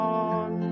on